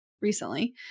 recently